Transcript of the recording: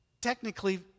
Technically